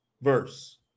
verse